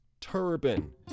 turban